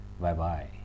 bye-bye